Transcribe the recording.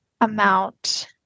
amount